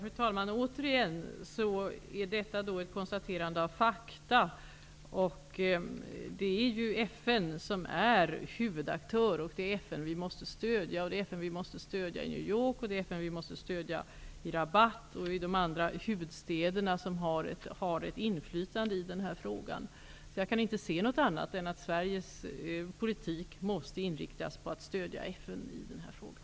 Fru talman! Detta är återigen ett konstaterande av fakta. Det är FN som är huvudaktör. Det är FN vi måste stödja. Det är FN vi måste stödja i New York, Rabat och i de andra huvudstäder som har ett inflytande i den här frågan. Jag kan inte se något annat än att Sveriges politik måste inriktas på att stödja FN i den här frågan.